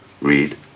Read